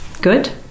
Good